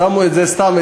סתם שמו את זה אצלי.